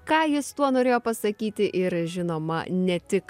ką jis tuo norėjo pasakyti ir žinoma ne tik